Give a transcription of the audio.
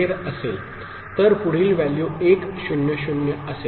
तर पुढील व्हॅल्यू 1 0 0 असेल